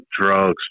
drugs